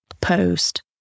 post